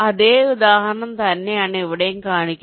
അതേ ഉദാഹരണം തന്നെയാണ് ഇവിടെയും കാണിക്കുന്നത്